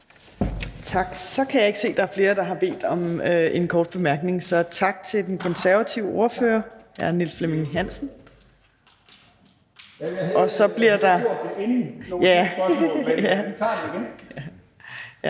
Tak. Så kan jeg ikke se flere, der har bedt om en kort bemærkning. Tak til den konservative ordfører, hr. Niels Flemming Hansen. Og så er det